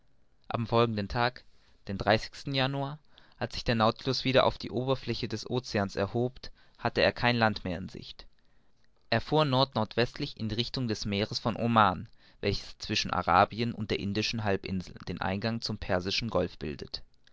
am folgenden tage den januar als sich der nautilus wieder auf die oberfläche des oceans erhob hatte er kein land mehr in sicht er fuhr nord nord westlich in der richtung des meeres von oman welches zwischen arabien und der indischen halbinsel den eingang zum persischen golf bildet